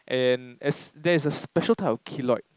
and as there's a special type of keloid